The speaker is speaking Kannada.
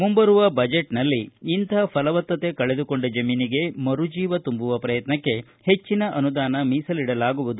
ಮುಂಬರುವ ಬಜೆಟ್ನಲ್ಲಿ ಇಂಥ ಫಲವತ್ತತೆ ಕಳೆದುಕೊಂಡ ಜಮೀನಿಗೆ ಮರುಜೀವ ತುಂಬುವ ಪ್ರಯತ್ನಕ್ಕೆ ಹೆಚ್ಚಿನ ಅನುದಾನ ಮೀಸಲಿಡಲಾಗುವುದು